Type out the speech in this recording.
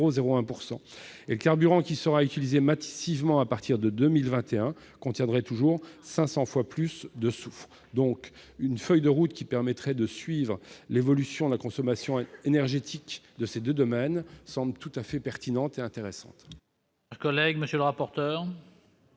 Le carburant qui sera utilisé massivement à partir de 2021 contiendrait toujours 500 fois plus de soufre. Une feuille de route permettant de suivre l'évolution de la consommation énergétique dans ces deux secteurs serait tout à fait pertinente et intéressante.